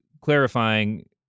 clarifying